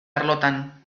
arlotan